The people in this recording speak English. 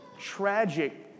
tragic